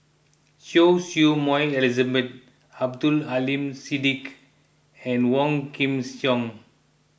Choy Su Moi Elizabeth Abdul Aleem Siddique and Wong Kin Jong